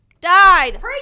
Died